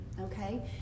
okay